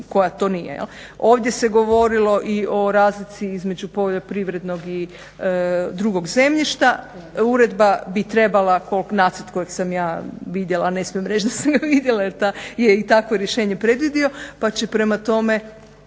koja to nije. Ovdje se govorilo i o razlici između poljoprivrednog i drugog zemljišta, uredba bi trebala, nacrt kojeg sam ja vidjela a ne smijem reći da sam ga vidjela jer je i takvo rješenje predvidio pa će prema tome